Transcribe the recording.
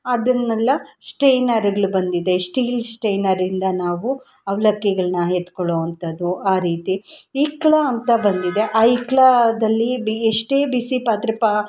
ಅದನ್ನೆಲ್ಲ ಸ್ಟೈನರುಗ್ಳ್ ಬಂದಿದೆ ಸ್ಟೀಲ್ ಸ್ಟೈನರಿಂದ ನಾವು ಅವಲಕ್ಕಿಗಳ್ನ ಎತ್ಕೊಳೋವಂಥದು ಆ ರೀತಿ ಇಕ್ಕಳ ಅಂತ ಬಂದಿದೆ ಆ ಇಕ್ಕಳದಲ್ಲಿ ಬಿ ಎಷ್ಟೇ ಬಿಸಿ ಪಾತ್ರೆ ಪಾ